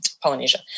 Polynesia